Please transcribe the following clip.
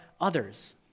others